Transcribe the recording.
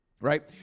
right